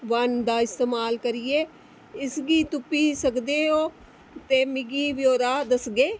one दा इस्तेमाल करियै इसगी तुप्पी सकदे ओ ते में मिगी ब्यौरा दसगे